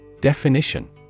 Definition